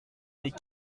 les